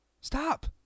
Stop